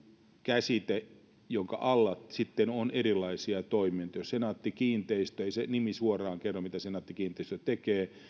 käsite jonka alla sitten on erilaisia toimintoja jos on senaatti kiinteistöt ei se nimi suoraan kerro mitä senaatti kiinteistöt tekee